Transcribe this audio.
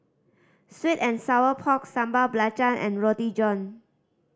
sweet and sour pork Sambal Belacan and Roti John